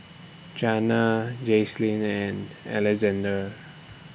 Janna Jaclyn and Alexzander